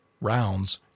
rounds